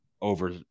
over